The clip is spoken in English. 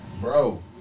bro